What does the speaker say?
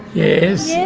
yes.